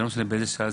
לא משנה באיזה שעה,